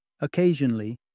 Occasionally